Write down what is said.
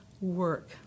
work